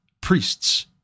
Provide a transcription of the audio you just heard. priests